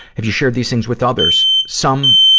have you shared these things with others? some,